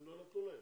הם לא נתנו להם.